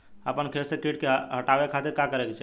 अपना खेत से कीट के हतावे खातिर का करे के चाही?